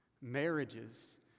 Marriages